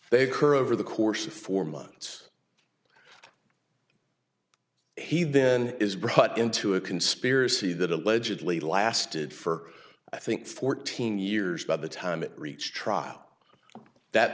occur over the course of four months he then is brought into a conspiracy that allegedly lasted for i think fourteen years by the time it reached trial that